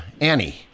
Annie